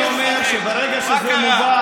אז אני אומר שברגע שזה מובא